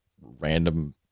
random